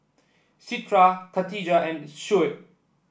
Citra Khatijah and Shuib